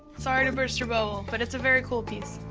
sorry to burst your bubble, but it's a very cool piece.